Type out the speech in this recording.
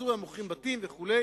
ובסוריא מוכרים בתים" וכו'